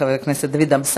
חבר הכנסת דוד אמסלם.